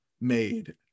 made